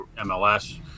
mls